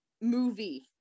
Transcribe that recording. movie